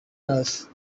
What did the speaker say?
nurse